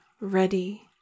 ready